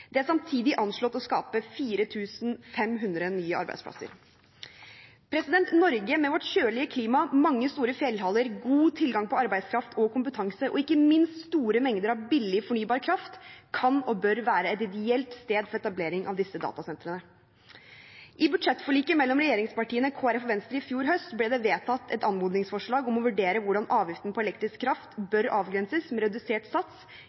Det er samtidig anslått å skape 4 500 nye arbeidsplasser. Norge, med sitt kjølige klima, mange store fjellhaller, god tilgang på arbeidskraft og kompetanse, og ikke minst store mengder av billig fornybar kraft, kan og bør være et ideelt sted for etablering av disse datasentrene. Ut fra budsjettforliket mellom regjeringspartiene, Kristelig Folkeparti og Venstre i fjor høst ble det vedtatt et anmodningsforslag om å vurdere hvordan avgiften på elektrisk kraft bør avgrenses med redusert sats